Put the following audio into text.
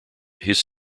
his